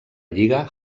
lliga